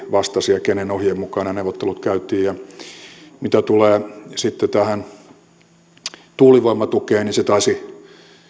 vastasi ja kenen ohjeen mukaan nämä neuvottelut käytiin mitä tulee sitten tuulivoimatukeen niin se taisi